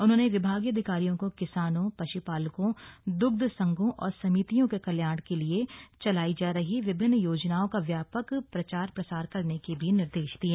उन्होंने विभागीय अधिकारियों को किसानों पश्पालकों द्रग्ध संघों और समितियों के कल्याण के लिएचलाई जा रही विभिन्न योजनाओं का व्यापक प्रचार प्रसार करने के भी निर्देश दिये